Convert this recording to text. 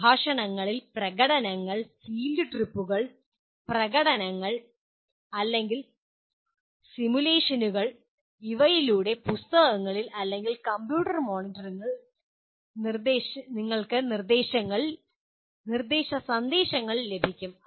പ്രഭാഷണങ്ങളിലെ പ്രകടനങ്ങൾ ഫീൽഡ് ട്രിപ്പുകൾ പ്രകടനങ്ങൾ അല്ലെങ്കിൽ സിമുലേഷനുകൾ എന്നിവയിലൂടെ പുസ്തകങ്ങളിൽ അല്ലെങ്കിൽ കമ്പ്യൂട്ടർ മോണിറ്ററിൽ നിർദ്ദേശ സന്ദേശങ്ങൾ ലഭിക്കും